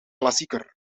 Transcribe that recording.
klassieker